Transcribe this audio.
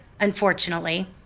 unfortunately